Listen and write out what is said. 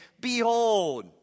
Behold